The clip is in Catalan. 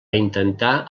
intentar